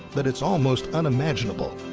that it's almost unimaginable.